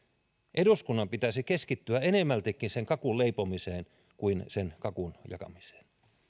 eduskunnan pitäisi keskittyä enemmältikin sen kakun leipomiseen kuin sen kakun jakamiseen